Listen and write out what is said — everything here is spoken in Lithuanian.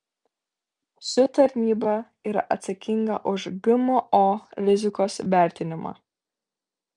ši tarnyba yra atsakinga už gmo rizikos vertinimą